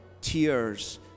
tears